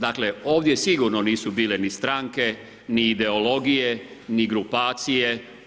Dakle, ovdje sigurno nisu bile ni stranke, ni ideologije, ni grupacije.